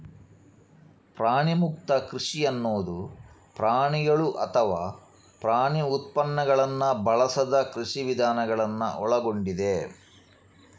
ಪ್ರಾಣಿಮುಕ್ತ ಕೃಷಿ ಅನ್ನುದು ಪ್ರಾಣಿಗಳು ಅಥವಾ ಪ್ರಾಣಿ ಉತ್ಪನ್ನಗಳನ್ನ ಬಳಸದ ಕೃಷಿ ವಿಧಾನಗಳನ್ನ ಒಳಗೊಂಡಿದೆ